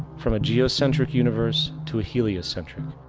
from a geocentric universe to a heliocentric,